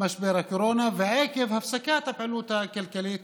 משבר הקורונה ועקב הפסקת הפעילות הכלכלית